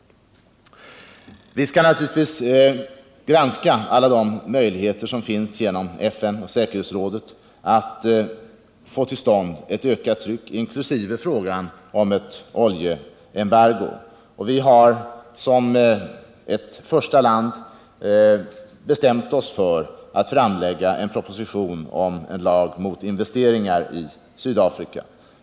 Vi skall naturligtvis granska alla möjligheter som finns att genom FN och säkerhetsrådet få till stånd ett ökat tryck inkl. undersöka frågan om ett oljeembargo. Vi har som första land bestämt oss för att framlägga en proposition om en lag mot investeringar i Sydafrika.